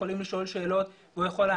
יכולים לשאול שאלות והוא יכול לענות.